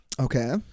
Okay